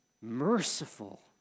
merciful